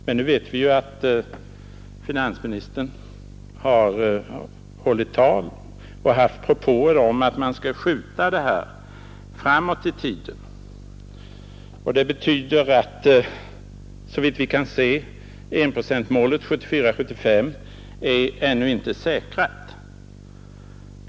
Men nu vet vi att finansministern har hållit tal och gjort propåer om att man skall skjuta målet framåt i tiden, vilket betyder att 1-procentsmålet 1974/75 ännu ej är säkrat.